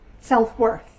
self-worth